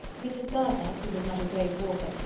mrs. gardiner, who was not a great walker,